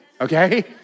okay